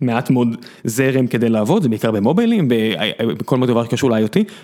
מעט מאוד זרם כדי לעבוד, בעיקר במובילים, בכל מאוד דבר קשור לIoT.